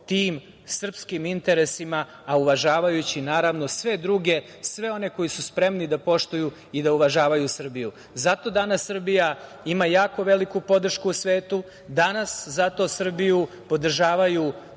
tim srpskim interesima, a uvažavajući naravno sve druge, sve one koji su spremni da poštuju i da uvažavaju Srbiju. Zato danas Srbija ima jako veliku podršku u svetu. Danas zato Srbiju podržavaju